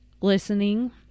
listening